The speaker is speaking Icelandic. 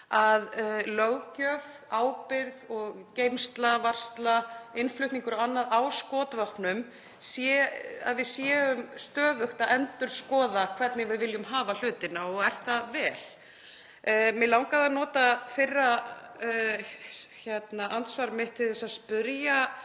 að löggjöf, ábyrgð, geymsla, varsla, innflutningur og annað á skotvopnum sé í stöðugri endurskoðun, hvernig við viljum hafa hlutina, og er það vel. Mig langaði að nota fyrra andsvar mitt til að spyrja